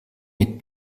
mit